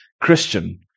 Christian